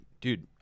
Dude